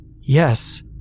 Yes